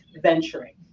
venturing